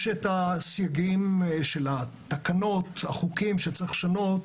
יש את הסייגים של התקנות, החוקים שצריך לשנות,